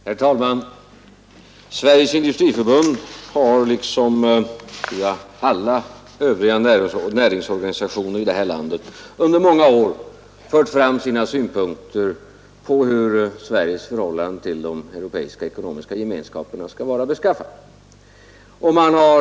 Herr talman! Sveriges Industriförbund har, liksom alla övriga näringsorganisationer i detta land, under många år framfört sina synpunkter på hur Sveriges förhållande till de Europeiska ekonomiska gemenskaperna 2 Riksdagens protokoll 1972. Nr 83-84 bör vara beskaffat.